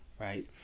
right